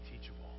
teachable